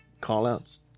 call-outs